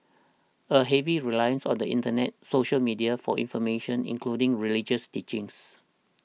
a heavy reliance on the Internet social media for information including religious teachings